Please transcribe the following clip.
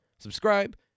subscribe